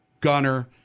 Gunner